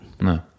no